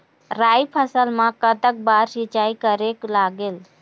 राई फसल मा कतक बार सिचाई करेक लागेल?